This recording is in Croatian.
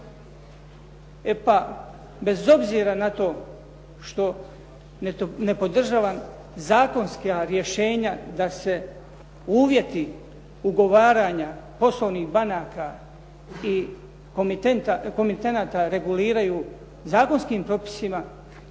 E pa, bez obzira na to što ne podržavam zakonska rješenja da se uvjeti ugovaranja poslovnih banaka i komitenata reguliraju zakonskim propisima